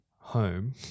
home